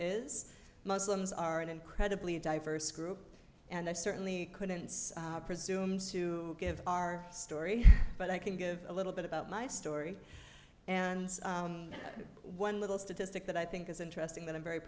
is muslims are an incredibly diverse group and i certainly couldn't presume to give our story but i can give a little bit about my story and one little statistic that i think is interesting that i'm very